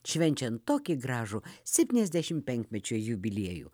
švenčiant tokį gražų septyniasdešim penkmečio jubiliejų